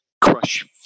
crush